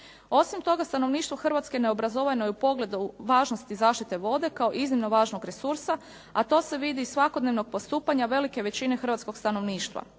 Osim toga, stanovništvo Hrvatske neobrazovano je u pogledu važnosti zaštite vode kao iznimno važnog resursa, a to se vidi iz svakodnevnog postupanja velike većine hrvatskog stanovništva.